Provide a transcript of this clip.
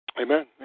Amen